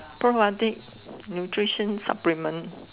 pro biotic nutrition supplement